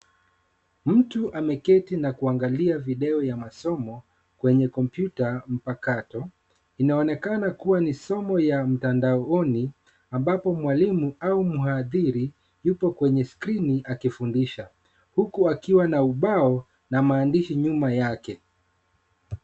Mtu ameketi na kuangalia video ya masomo kwenye kompyuta mpakato. Inaonekana kuwa ni somo ya mtandaoni ambapo mwalimu au mhadhiri yupo kwenye skrini akifundisha huku akiwa na ubao na maandishi nyuma yake.